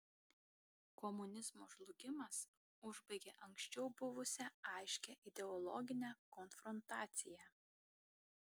komunizmo žlugimas užbaigė anksčiau buvusią aiškią ideologinę konfrontaciją